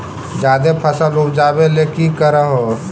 जादे फसल उपजाबे ले की कर हो?